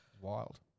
wild